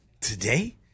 today